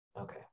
Okay